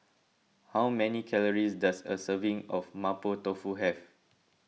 how many calories does a serving of Mapo Tofu have